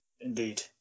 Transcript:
Indeed